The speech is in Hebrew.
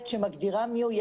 דוח מה-6